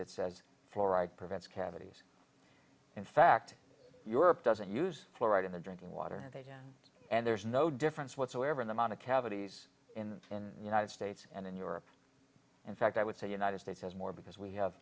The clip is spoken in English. that says fluoride prevents cavities in fact europe doesn't use fluoride in the drinking water and there's no difference whatsoever in amount of cavities in in the united states and in europe in fact i would say united states has more because we have